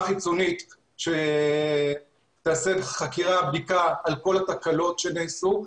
חייבת להתעסק בהיבט של הפנים ובהיבט של איכות הסביבה במרחב הימי,